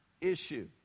issue